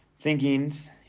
thinkings